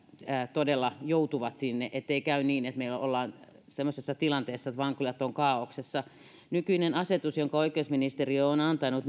todella joutuvat sinne ettei käy niin että me olemme sellaisessa tilanteessa että vankilat ovat kaaoksessa nykyisellä asetuksella jonka oikeusministeriö on antanut